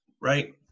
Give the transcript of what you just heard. Right